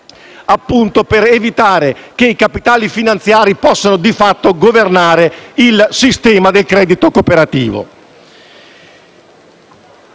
alternative per evitare che i capitali finanziari possano di fatto governare il sistema del credito cooperativo.